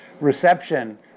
reception